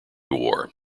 war